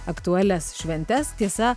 aktualias šventes tiesa